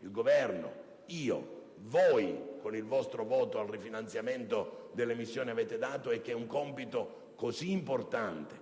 il Governo, io, voi con il vostro voto al rifinanziamento delle missioni abbiamo dato è che il compito è così importante